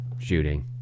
shooting